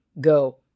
go